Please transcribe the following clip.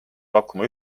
pakkuma